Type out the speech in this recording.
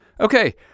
Okay